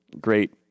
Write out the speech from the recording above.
great